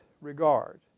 regard